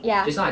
ya